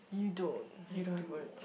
you don't you don't have much